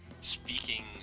speaking